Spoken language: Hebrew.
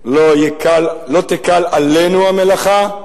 לא תקל עלינו המלאכה.